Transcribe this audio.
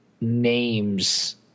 names